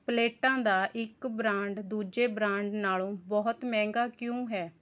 ਪਲੇਟਾਂ ਦਾ ਇੱਕ ਬ੍ਰਾਂਡ ਦੂਜੇ ਬ੍ਰਾਂਡ ਨਾਲੋਂ ਬਹੁਤ ਮਹਿੰਗਾ ਕਿਉਂ ਹੈ